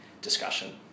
discussion